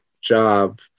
job